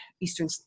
Eastern